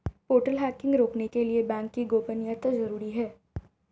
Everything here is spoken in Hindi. पोर्टल हैकिंग रोकने के लिए बैंक की गोपनीयता जरूरी हैं